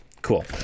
cool